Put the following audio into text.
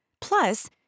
Plus